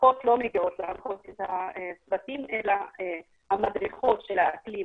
המפקחות לא מגיעות להנחות את הצוותים אלא המדריכות של האקלים